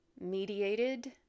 mediated